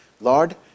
Lord